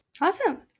Awesome